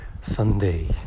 Sunday